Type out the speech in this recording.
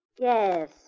Yes